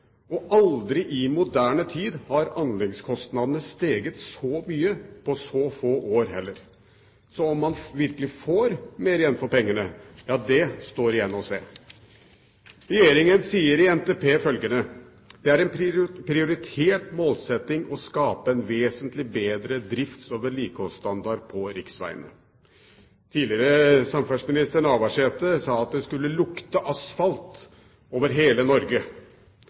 Aldri i moderne tid har anleggskostnadene steget så mye på så få år, heller. Om man virkelig får mer igjen for pengene, står igjen å se. Regjeringen sier i NTP følgende: «Det er en prioritert målsetting å skape en vesentlig bedre drifts- og vedlikeholdsstandard på riksvegene.» Tidligere samferdselsminister Navarsete sa at det skulle lukte asfalt over hele Norge.